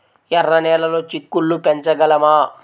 ఎర్ర నెలలో చిక్కుళ్ళు పెంచగలమా?